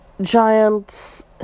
giants